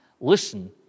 Listen